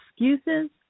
excuses